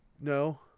no